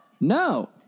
No